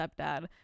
stepdad